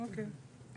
אוקיי.